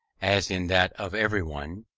as in that of everyone,